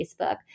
Facebook